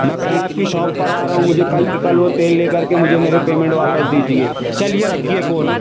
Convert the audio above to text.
میں کل آپ کی شاپ پر آ رہا ہوں مجھے کل کل وہ تیل لے کر کے مجھے میرے پیمنٹ واپس دیجیے چلیے رکھیے فون